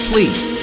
Please